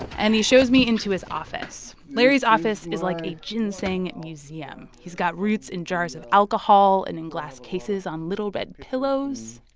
and he shows me into his office. larry's office is like a ginseng museum. he's got roots in jars of alcohol and in glass cases on little red pillows.